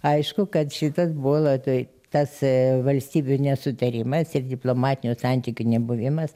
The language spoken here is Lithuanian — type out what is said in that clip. aišku kad šitas buola tai tas valstybių nesutarimas ir diplomatinių santykių nebuvimas